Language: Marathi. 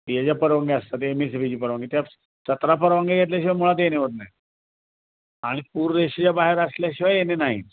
त्याच्या परवानग्या असतात एम एस ई बीची परवानगी त्यात सतरा परवानग्या घेतल्याशिवाय मुळात ए ने होत नाही आणि पुररेषेच्या बाहेर असल्याशिवाय ए ने नाहीच